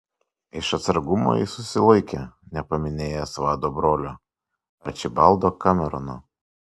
iš atsargumo jis susilaikė nepaminėjęs vado brolio arčibaldo kamerono